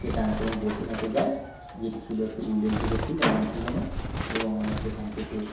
কেদারনাথ এবং বদ্রিনাথে যাই যেটি ছিল একটি উল্লেখযোগ্য ট্রিপ আমার জীবনে এবং আমরা সেখান থেকে